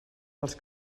dels